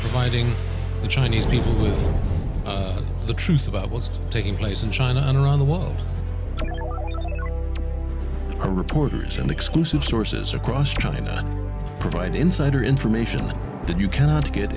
fighting the chinese people with the truth about what's taking place in china and around the world are reporters and exclusive sources across china provide insider information that you cannot get